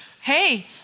Hey